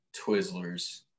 Twizzlers